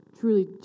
Truly